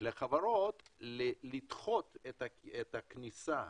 לחברות לדחות את הכניסה